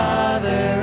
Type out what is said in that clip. Father